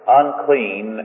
unclean